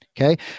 Okay